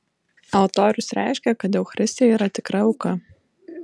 altorius reiškė kad eucharistija yra tikra auka